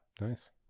Nice